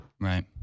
Right